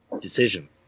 decision